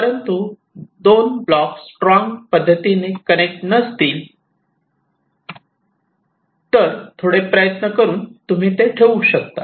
परंतु 2 block strong पद्धतीने connect नसतील तर थोडे प्रयत्न करून तुम्ही ते ठेवू शकतात